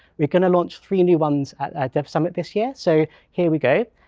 we are going to launch three new ones at at dev summit this year. so here we go.